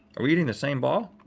are we eating the same ball?